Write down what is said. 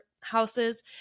houses